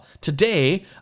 today